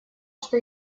что